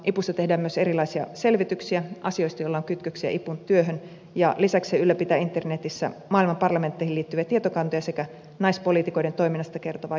ipussa tehdään myös erilaisia selvityksiä asioista joilla on kytköksiä ipun työhön ja lisäksi se ylläpitää internetissä maailman parlamentteihin liittyviä tietokantoja sekä naispoliitikoiden toiminnasta kertovaa julkaisutietokantaa